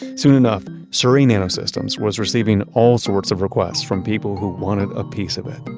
soon enough, surrey nanosystems was receiving all sorts of requests from people who wanted a piece of it